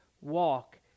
walk